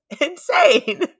Insane